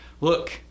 look